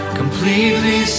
completely